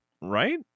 right